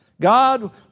God